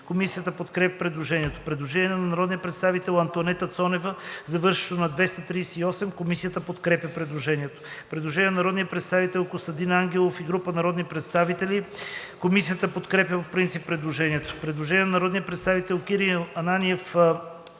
Комисията подкрепя предложението. Предложение на народния представител Антоанета Цонева, завършващо на 238. Комисията подкрепя предложението. Предложение на народния представител Костадин Ангелов и група народни представители, завършващо на 243. Комисията подкрепя по принцип предложението. Предложение на народния представител Кирил Ананиев,